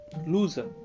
loser